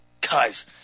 Guys